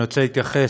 אני רוצה להתייחס